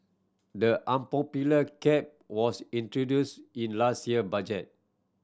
the unpopular cap was introduced in last year budget